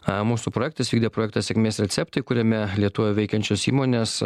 a mūsų projektas vykdė projektą sėkmės receptai kuriame lietuvoje veikiančios įmonės